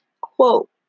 quote